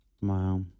Wow